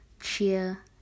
cheer